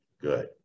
good